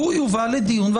יש פה נציגים נאמנים.